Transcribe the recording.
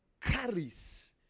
carries